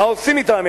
מה עושים אתם,